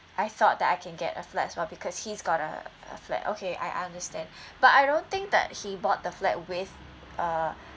I thought that I can get a flat as well because he's got uh a flat okay I understand but I don't think that he bought the flat with uh